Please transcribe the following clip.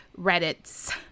reddit's